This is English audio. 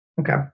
Okay